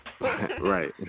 Right